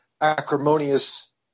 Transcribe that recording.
acrimonious